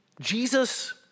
Jesus